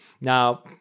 Now